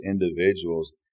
individuals